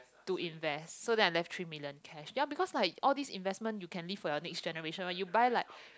to invest so that I left three million cash ya because like all this investment you can leave for your next generation when you buy like